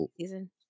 season